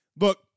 Look